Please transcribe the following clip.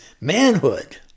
manhood